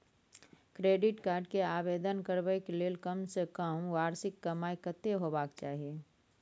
Credit card के आवेदन करबैक के लेल कम से कम वार्षिक कमाई कत्ते होबाक चाही?